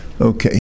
Okay